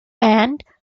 and